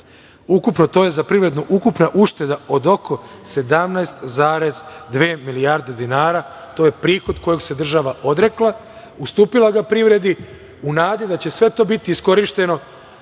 Ukupno to je za privredu, ukupna ušteda od oko 17,2 milijarde dinara. To je prihod kojeg se država odrekla, ustupila ga privredi u nadi da će sve to biti iskorišćeno